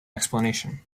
explanation